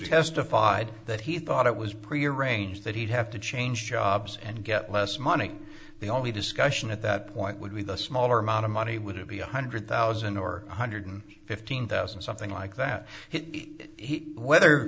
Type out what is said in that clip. testified that he thought it was prearranged that he'd have to change jobs and get less money the only discussion at that point would be the smaller amount of money would it be one hundred thousand or one hundred fifteen thousand something like that whether whether